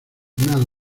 nada